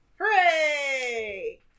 hooray